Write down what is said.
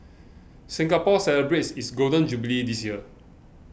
Singapore celebrates its Golden Jubilee this year